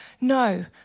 no